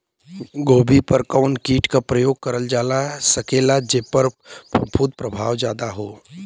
गोभी पर कवन कीट क प्रयोग करल जा सकेला जेपर फूंफद प्रभाव ज्यादा हो?